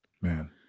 Man